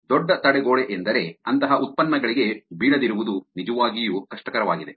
ದೊಡ್ಡ ತಡೆಗೋಡೆಯೆಂದರೆ ಅಂತಹ ಉತ್ಪನ್ನಗಳಿಗೆ ಬೀಳದಿರುವುದು ನಿಜವಾಗಿಯೂ ಕಷ್ಟಕರವಾಗಿದೆ